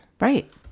Right